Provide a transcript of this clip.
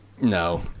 No